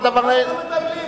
כל דבר, למה לא מטפלים?